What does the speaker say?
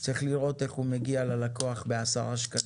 צריך לראות איך הוא מגיע ללקוח בעשרה שקלים.